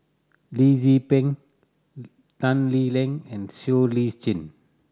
Lee Tzu Pheng Tan Lee Leng and Siow Lee Chin